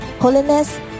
holiness